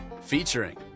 Featuring